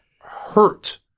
hurt